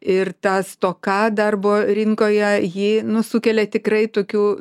ir stoka darbo rinkoje ji nu sukelia tikrai tokių